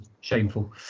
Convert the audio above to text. Shameful